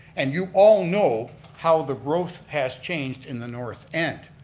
and you all know how the growth has changed in the north end.